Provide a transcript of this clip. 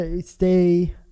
stay